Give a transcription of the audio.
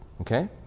Okay